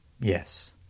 Yes